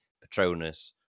Patronus